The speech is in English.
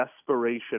desperation